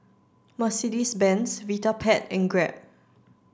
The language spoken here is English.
Mercedes Benz Vitapet and Grab